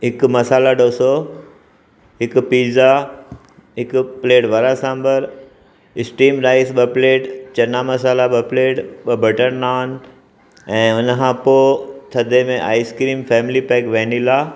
हिकु मसालो ढोसो हिकु पिज़्जा हिकु plate vada sambar steam rice ॿ प्लेट चना मसाला ॿ प्लेट ॿ बटर नान ऐं हुन खां पोइ थधे में आइसक्रीम फैमिली पैक वैनिला